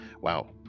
Wow